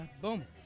boom